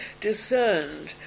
discerned